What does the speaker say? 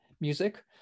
music